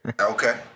Okay